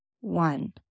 one